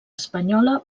espanyola